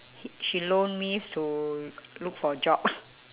h~ she loan me to look for jobs